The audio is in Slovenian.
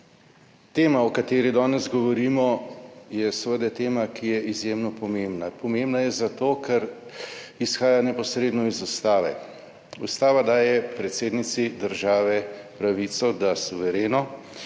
Tema, o kateri danes govorimo, je seveda tema, ki je izjemno pomembna. Pomembna je zato, ker izhaja neposredno iz Ustave. Ustava daje predsednici države pravico, da suvereno